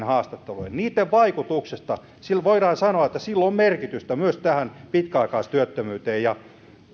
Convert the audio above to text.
haastatteluihin haastattelujen vaikutuksesta voidaan sanoa että sillä on merkitystä myös tähän pitkäaikaistyöttömyyteen